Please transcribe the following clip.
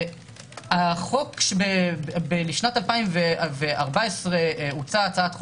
בשנת 2014 הוצעה הצעת חוק,